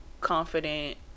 confident